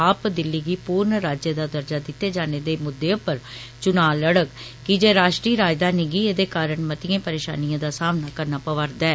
च्ध् दिल्ली गी पूर्ण राज्य दा दर्जा दिते जाने दे मुद्दे उप्पर चुनां लड़ग कि जे राश्ट्रीय राजधानी गी एहदे कारण मतिएं परेषानिएं दा सामना करना पवारदा ऐ